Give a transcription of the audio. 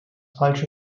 falsche